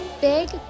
Big